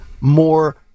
more